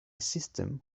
system